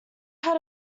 had